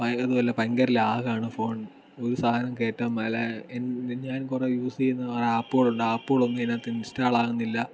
പ അതുമല്ല ഭയങ്കര ലാഗ് ആണ് ഫോൺ ഒരു സാധനം കയറ്റാൻ മേല ഞാൻ കുറേ യൂസ് ചെയ്യുന്ന കുറേ ആപ്പുകളുണ്ട് ആപ്പുകളൊന്നും ഇതിൽ ഇൻസ്റ്റാൾ ആകുന്നില്ല